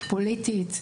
פוליטית,